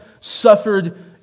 suffered